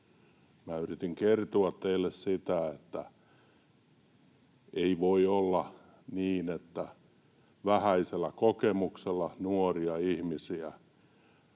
yritin kertoa teille, että ei voi olla niin, että vähäisellä kokemuksella nuoret ihmiset...